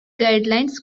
guidelines